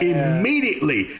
Immediately